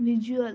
visual